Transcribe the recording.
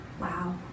wow